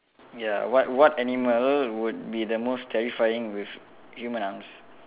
ya what what animal would be the most terrifying with human arms